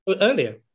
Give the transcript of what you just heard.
Earlier